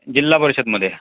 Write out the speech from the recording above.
जिल्हा परिषदमध्ये